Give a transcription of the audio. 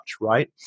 Right